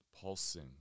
pulsing